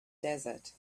desert